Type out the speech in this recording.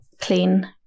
clean